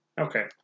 Okay